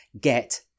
get